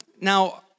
Now